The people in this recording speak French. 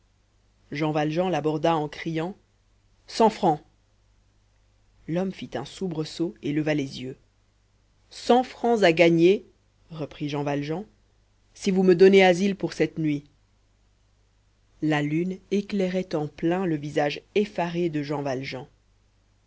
jean valjean l'aborda en criant cent francs l'homme fit un soubresaut et leva les yeux cent francs à gagner reprit jean valjean si vous me donnez asile pour cette nuit la lune éclairait en plein le visage effaré de jean valjean